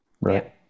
right